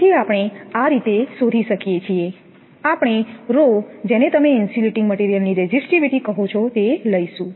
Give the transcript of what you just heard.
તેથીઆપણે આ રીતે શોધીએ છીએ આપણે ρ જેને તમે ઇન્સ્યુલેટીંગ મટિરિયલની રેઝિસ્ટિવિટી કહો છો તે લઈશું